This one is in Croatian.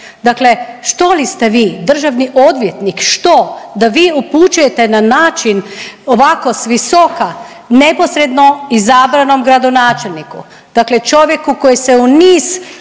Dakle što li ste vi državni odvjetnik? Što? Da vi upućujete na način ovako s visoka neposredno izabranom gradonačelniku, dakle čovjeku koji se u niz